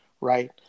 Right